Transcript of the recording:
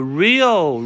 real